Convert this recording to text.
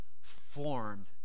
formed